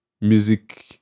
music